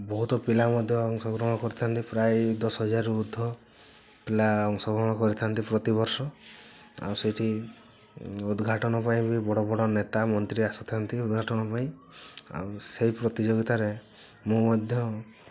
ବହୁତ ପିଲା ମଧ୍ୟ ଅଂଶଗ୍ରହଣ କରିଥାଆନ୍ତି ପ୍ରାୟ ଦଶ ହଜାରରୁ ଉର୍ଦ୍ଧ ପିଲା ଅଂଶଗ୍ରହଣ କରିଥାଆନ୍ତି ପ୍ରତିବର୍ଷ ଆଉ ସେଠି ଉଦଘାଟନ ପାଇଁ ବି ବଡ଼ ବଡ଼ ନେତା ମନ୍ତ୍ରୀ ଆସିଥାଆନ୍ତି ଉଦଘାଟନ ପାଇଁ ଆଉ ସେଇ ପ୍ରତିଯୋଗୀତାରେ ମୁଁ ମଧ୍ୟ